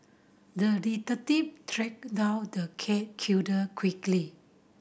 the detective tracked down the cat killer quickly